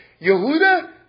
Yehuda